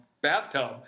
bathtub